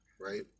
right